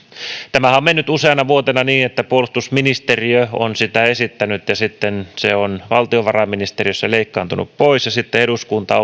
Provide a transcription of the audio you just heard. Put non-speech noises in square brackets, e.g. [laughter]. tämähän on mennyt useana vuotena niin että puolustusministeriö on sitä esittänyt ja sitten se on valtiovarainministeriössä leikkaantunut pois ja sitten eduskunta [unintelligible]